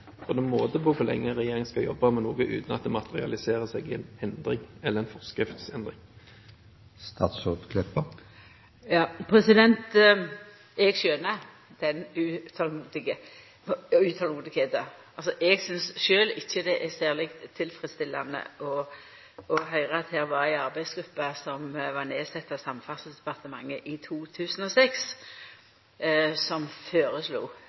Det får være måte på hvor lenge en regjering skal jobbe med noe uten at det materialiserer seg i en endring – eller en forskriftsendring. Eg skjønar det utolmodet. Eg synest sjølv ikkje det er særleg tilfredsstillande å høyra at det var ei arbeidsgruppe som var nedsett av Samferdselsdepartementet i 2006, som føreslo